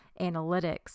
analytics